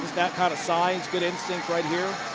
kind of size, good instinct right here.